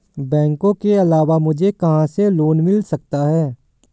बैंकों के अलावा मुझे कहां से लोंन मिल सकता है?